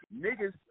Niggas